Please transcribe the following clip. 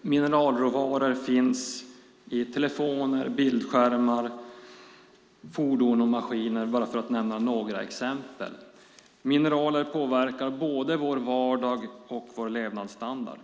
Mineralråvaror finns i telefoner, bildskärmar, fordon och maskiner, bara för att ge några exempel. Mineraler påverkar både vår vardag och vår levnadsstandard.